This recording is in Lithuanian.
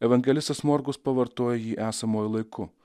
evangelistas morkus pavartojo jį esamuoju laiku